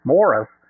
Morris